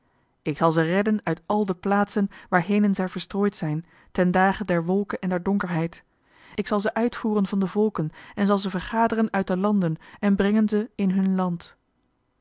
ik zal ze redden uit al de plaatsen waarhenen zij verstrooid zijn ten dage der wolke en der donkerheid ik zal ze uitvoeren van de volken en zal ze vergaderen uit de landen en brengen ze in hun land